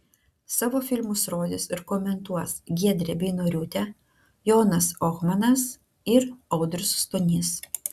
savo filmus rodys ir komentuos giedrė beinoriūtė jonas ohmanas ir audrius stonys